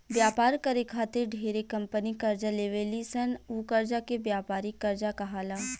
व्यापार करे खातिर ढेरे कंपनी कर्जा लेवे ली सन उ कर्जा के व्यापारिक कर्जा कहाला